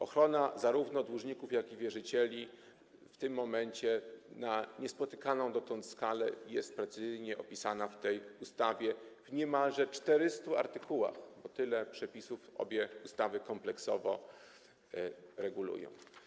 Ochrona zarówno dłużników, jak i wierzycieli w tym momencie, na niespotykaną dotąd skalę, jest precyzyjnie opisana w tej ustawie, w niemalże 400 artykułach, bo tyle przepisów obie ustawy kompleksowo regulują.